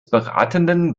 beratenden